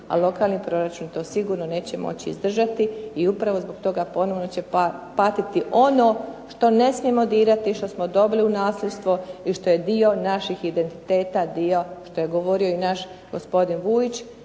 a lokalni proračuni to sigurno neće moći izdržati i upravo zbog toga ponovno će patiti ono što ne smijemo dirati, što smo dobili u nasljedstvo ili što je dio naših identiteta što je govorio i naš gospodin Vujić